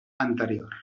anterior